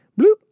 Bloop